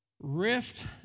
rift